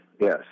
yes